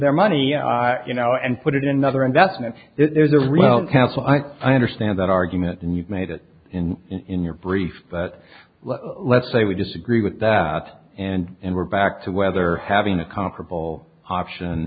their money you know and put it in another investment there's a real counsel i understand that argument and you've made it in in your brief but let's say we disagree with that and we're back to whether having a comparable option